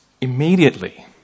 Immediately